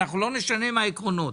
אנחנו לא נשנה מהעקרונות.